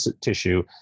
tissue